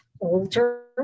older